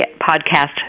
podcast